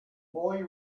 boy